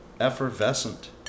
effervescent